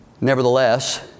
Nevertheless